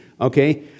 okay